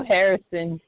Harrison